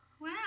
Wow